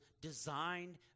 designed